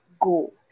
go